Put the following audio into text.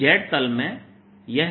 तो z तल में यह z 0 तक सीमित है